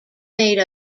made